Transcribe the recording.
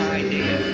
idea